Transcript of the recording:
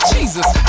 Jesus